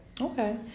Okay